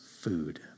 food